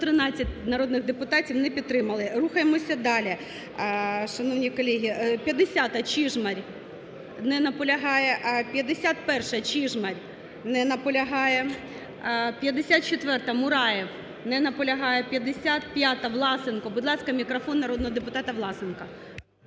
113 народних депутатів не підтримали. Рухаємося далі, шановні колеги. 50-а, Чижмарь. Не наполягає. 51-а, Чижмарь. Не наполягає. 54-а, Мураєв. Не наполягає. 55-а, Власенко. Будь ласка, мікрофон народного депутата Власенка.